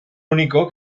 único